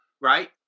right